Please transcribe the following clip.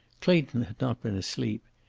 clayton had not been asleep.